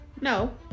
No